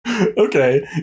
Okay